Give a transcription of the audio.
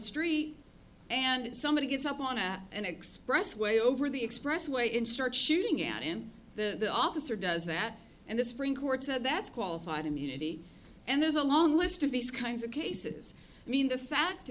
street and somebody gets up on to an expressway over the expressway in start shooting at him the officer does that and the spring court said that's qualified immunity and there's a long list of these kinds of cases i mean the fact